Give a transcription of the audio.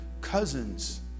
cousins